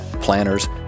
planners